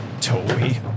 Toby